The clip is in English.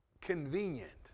convenient